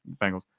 Bengals